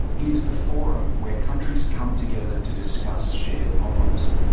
it is the forum where countries come together to discuss shared problems.